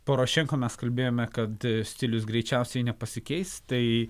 porošenko mes kalbėjome kad stilius greičiausiai nepasikeis tai